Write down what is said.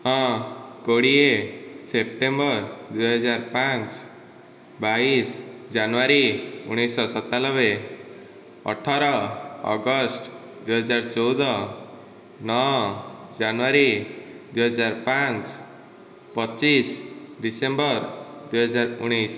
ହଁ କୋଡ଼ିଏ ସେପ୍ଟେମ୍ବର ଦୁଇହଜାର ପାଞ୍ଚ ବାଇଶ ଜାନୁୟାରୀ ଉଣେଇଶ ଶହ ସତାନବେ ଅଠର ଅଗଷ୍ଟ ଦୁଇହଜାର ଚଉଦ ନଅ ଜାନୁୟାରୀ ଦୁଇ ହଜାର ପାଞ୍ଚ ପଚିଶ ଡିସେମ୍ବର ଦୁଇହଜାର ଉଣେଇଶ